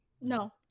no